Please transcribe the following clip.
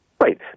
Right